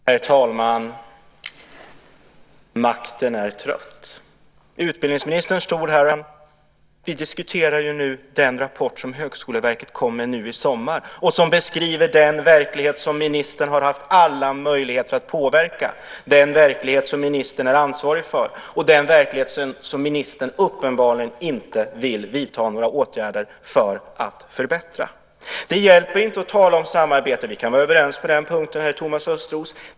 Herr talman! Makten är trött. Utbildningsministern stod här och hänvisade till en gammal proposition som riksdagen behandlade för ett antal år sedan. Men, herr talman, vi diskuterar nu den rapport som Högskoleverket kom med i somras och som beskriver den verklighet som ministern har haft alla möjligheter att påverka, den verklighet som ministern är ansvarig för och den verklighet som ministern uppenbarligen inte vill vidta några åtgärder för att förbättra. Det hjälper inte att tala om samarbete. Vi kan vara överens på den punkten, Thomas Östros.